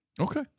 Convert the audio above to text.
Okay